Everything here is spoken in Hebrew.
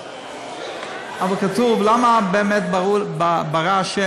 אבל כתוב: למה באמת ברא ה'